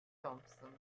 thompson